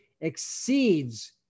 exceeds